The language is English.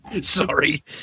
Sorry